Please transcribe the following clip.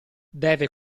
deve